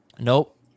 nope